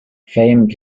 fame